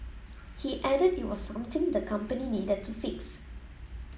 he added it was something the company needed to fix